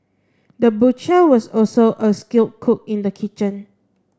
the butcher was also a skilled cook in the kitchen